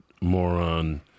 moron